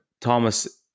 Thomas